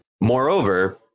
Moreover